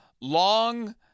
long